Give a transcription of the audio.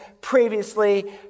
previously